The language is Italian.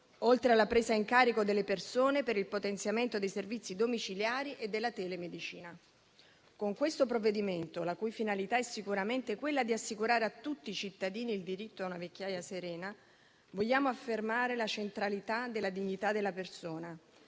oltre alla presa in carico delle persone per il potenziamento dei servizi domiciliari e della telemedicina. Con questo provvedimento, la cui finalità è sicuramente quella di assicurare a tutti i cittadini il diritto a una vecchiaia serena, vogliamo affermare la centralità della dignità della persona,